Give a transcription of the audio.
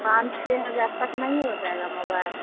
पाँच छः हज़ार तक नहीं हो जाएगा मोबाइल